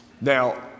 Now